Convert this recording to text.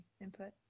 input